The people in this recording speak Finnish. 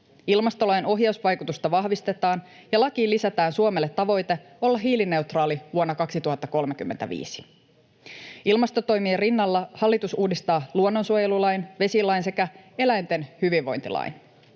Ilmastolain ohjausvaikutusta vahvistetaan ja lakiin lisätään Suomelle tavoite olla hiilineutraali vuonna 2035. Ilmastotoimien rinnalla hallitus uudistaa luonnonsuojelulain, vesilain sekä eläinten hyvinvointilain.